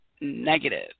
negative